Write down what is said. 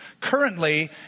Currently